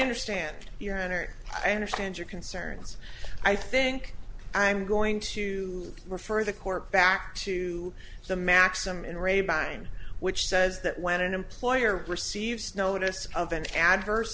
understand your honor i understand your concerns i think i'm going to refer the court back to the maxim in re bank which says that when an employer receives notice of an adverse